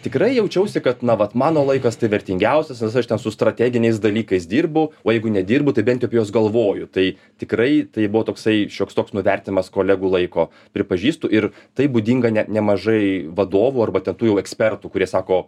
tikrai jaučiausi kad na vat mano laikas tai vertingiausias nes aš ten su strateginiais dalykais dirbu o jeigu nedirbu tai bent jau apie juos galvoju tai tikrai tai buvo toksai šioks toks nuvertinimas kolegų laiko pripažįstu ir tai būdinga ne nemažai vadovų arba ten tų jau ekspertų kurie sako